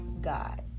God